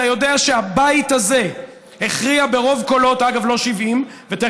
אתה יודע שהבית הזה הכריע ברוב קולות, אגב, לא 70,